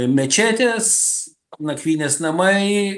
mečetės nakvynės namai